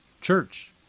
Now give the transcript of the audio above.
church